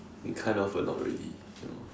it kind of a not ready you know